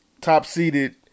Top-seeded